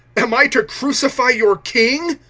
am i to crucify your king?